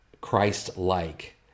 Christ-like